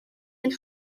and